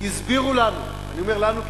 הסבירו לנו, אני אומר לנו כמתנחל,